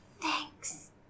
Thanks